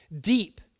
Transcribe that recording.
Deep